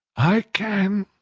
i can.